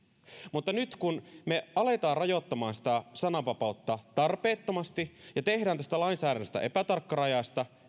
mutta nyt kun aletaan rajoittamaan sananvapautta tarpeettomasti ja tehdään tästä lainsäädännöstä epätarkkarajaista